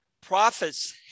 prophets